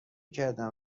کردم